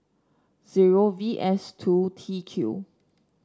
zero V S two T Q